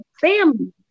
family